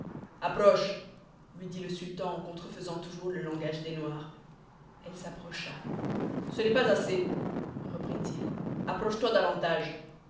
approche lui dit le sultan en contrefaisant toujours le langage des noirs elle s'approcha ce n'est pas assez reprit-il approche-toi davantage